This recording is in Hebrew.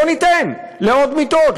בואו ניתן לעוד מיטות,